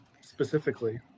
specifically